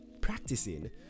practicing